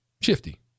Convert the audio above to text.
Shifty